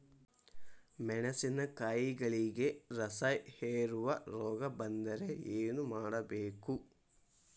ಮೆಣಸಿನಕಾಯಿಗಳಿಗೆ ರಸಹೇರುವ ರೋಗ ಬಂದರೆ ಏನು ಮಾಡಬೇಕು?